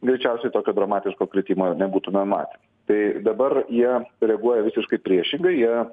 greičiausiai tokio dramatiško kritimo nebūtume matę tai dabar jie reaguoja visiškai priešingai jie